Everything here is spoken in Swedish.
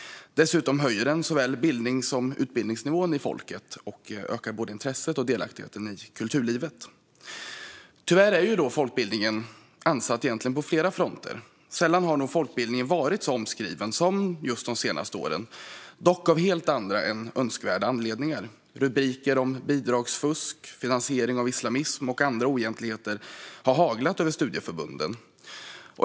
Dessutom höjer den folkets såväl bildnings som utbildningsnivå och ökar både intresset för och delaktigheten i kulturlivet. Tyvärr är folkbildningen ansatt på egentligen flera fronter. Sällan har nog folkbildningen varit så omskriven som just de senaste åren, dock av helt andra än önskvärda anledningar. Rubriker om bidragsfusk, finansiering av islamism och andra oegentligheter har haglat över studieförbunden.